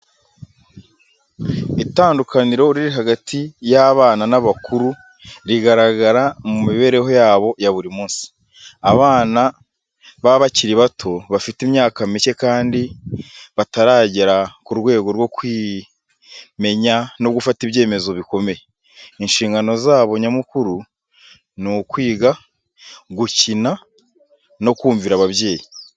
Itandukaniro riri hagati y’abana n’abakuru rigaragara mu mibereho yabo ya buri munsi. Abana baba bakiri bato, bafite imyaka mike kandi bataragera ku rwego rwo kwimenya no gufata ibyemezo bikomeye. Inshingano zabo nyamukuru ni ukwiga, gukina no kumvira ababyeyi.